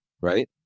right